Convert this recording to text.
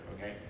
okay